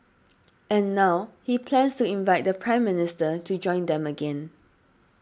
and now he plans to invite the Prime Minister to join them again